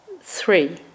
three